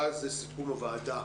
ואז לסיכום של הוועדה.